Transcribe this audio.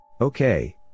Okay